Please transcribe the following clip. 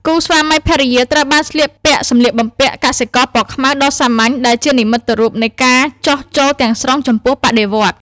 គូស្វាមីភរិយាត្រូវបានស្លៀកពាក់សម្លៀកបំពាក់កសិករពណ៌ខ្មៅដ៏សាមញ្ញដែលជានិមិត្តរូបនៃការចុះចូលទាំងស្រុងចំពោះបដិវត្តន៍។